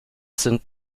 sind